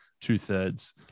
two-thirds